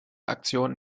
aktion